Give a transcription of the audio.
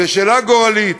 זאת שאלה גורלית.